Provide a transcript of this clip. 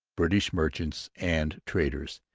british merchants and traders,